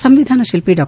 ಸಂವಿಧಾನ ಶಿಲ್ಪಿ ಡಾ